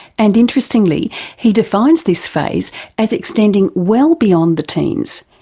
and interestingly he defines this phase as extending well beyond the teens,